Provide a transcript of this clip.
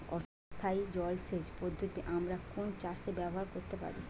অর্ধ স্থায়ী জলসেচ পদ্ধতি আমরা কোন চাষে ব্যবহার করতে পারি?